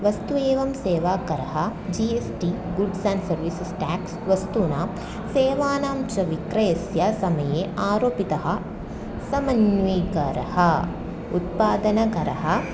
वस्तु एवं सेवाकरः G S T goods and services tax वस्तूनां सेवानां च विक्रयस्य समये आरोपितः समन्विकरः उत्पादनकरः